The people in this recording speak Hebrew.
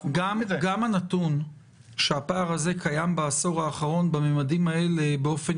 אנחנו --- גם הנתון שהפער הזה קיים בעשור האחרון בממדים האלה באופן